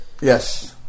Yes